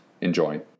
Enjoy